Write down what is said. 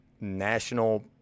national